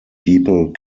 people